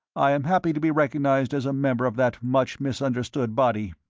i am happy to be recognized as a member of that much-misunderstood body.